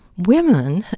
women,